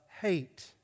hate